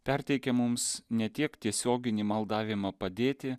perteikia mums ne tiek tiesioginį maldavimą padėti